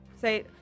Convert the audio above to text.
say